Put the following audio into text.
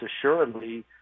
assuredly